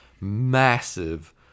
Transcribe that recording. massive